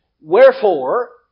Wherefore